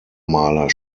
maler